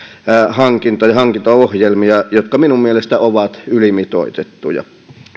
hankintaohjelmia jotka minun mielestäni ovat ylimitoitettuja